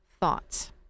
thoughts